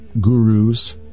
gurus